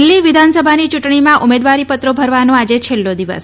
દિલ્હી વિધાનસભાની ચૂંટણીમાં ઉમેદવારીપત્રો ભરવાનો આજે છેલ્લો દિવસ